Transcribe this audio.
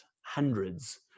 hundreds